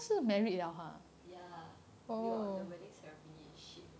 ya they got the wedding ceremony and shit